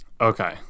okay